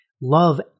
love